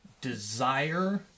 desire